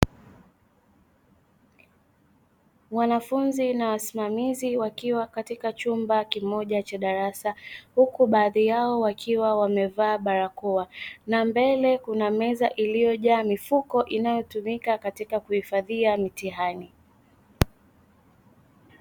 Wanafunzi na wasimamizi wakiwa katika chumba kimoja cha darasa, huku baadhi yao wakiwa wamevaa barakoa na mbele kuna meza iliyojaa mifuko inayotumika katika kuhifadhia mitihani.